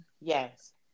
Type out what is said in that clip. yes